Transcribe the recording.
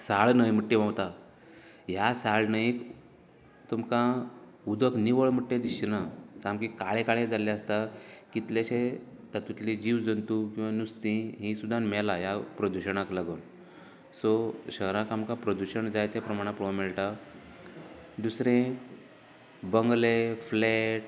साळ न्हंय म्हणटा ती व्हांवता ह्या साळ न्हंयेत तुमकां उदक निवळ म्हणटा तें दिसचे ना सामकें काळें काळेंच जाल्ले आसता कितलेशें तातूंतले जीव जंतूं किंवां नुस्तीं ही सुद्दां मेलां ह्या प्रदुशणांक लागून सो शहरांत आमकां प्रदूशण जायत्या प्रमाणांत पळोवपाक मेळटा दुसरें बंगले फ्लेट